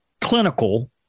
clinical